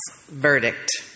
verdict